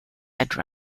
etc